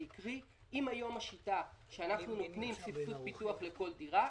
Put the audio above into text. כי אותן שכונות יקרות מכניסות לקופת המדינה הרבה מאוד כסף,